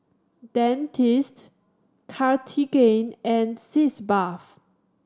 Dentiste Cartigain and Sitz Bath